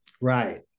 Right